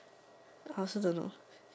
I also don't know